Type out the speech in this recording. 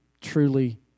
truly